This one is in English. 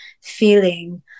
feeling